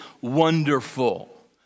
wonderful